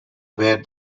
where